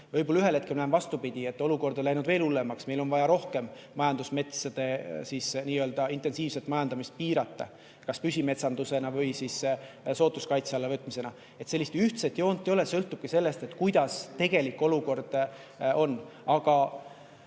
võib-olla ühel hetkel on vastupidi, et olukord on läinud veel hullemaks ja meil on vaja rohkem majandusmetsade intensiivset majandamist piirata kas püsimetsandusena või siis looduskaitse alla võtmisega. Nii et sellist ühtset joont ei ole, kõik sõltubki sellest, milline tegelik olukord on. Aga